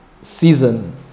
season